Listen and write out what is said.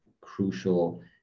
crucial